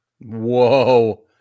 whoa